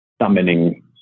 summoning